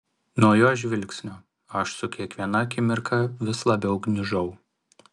nuo jos žvilgsnio aš su kiekviena akimirka vis labiau gniužau